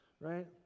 right